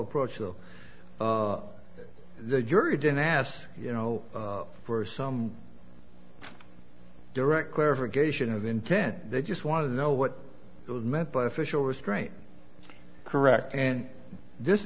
approach though the jury didn't ask you know for some direct clarification of intent they just want to know what was meant by official restraint correct and this